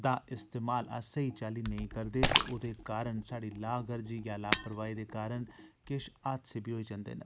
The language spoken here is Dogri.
दा इस्तेमाल अस स्हेई चाल्ली नेईं करदे ते ओह्दे कारण साढ़ी लागरजी गै लापरवाही दे कारण किश हादसे बी होई जंदे न